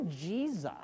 Jesus